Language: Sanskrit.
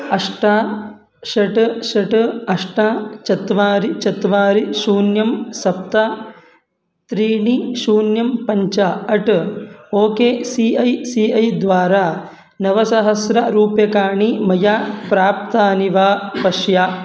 अष्ट षट् षट् अष्ट चत्वारि चत्वारि शून्यं सप्त त्रीणि शून्यं पञ्च at O K C I C I द्वारा नवसहस्ररूप्यकाणि मया प्राप्तानि वा पश्य